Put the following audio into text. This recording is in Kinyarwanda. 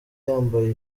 yambaye